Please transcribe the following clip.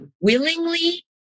willingly